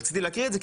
רציתי להקריא את זה,